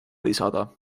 lisada